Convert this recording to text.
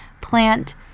plant